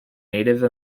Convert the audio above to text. native